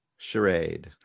Charade